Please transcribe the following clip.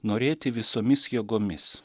norėti visomis jėgomis